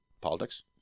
politics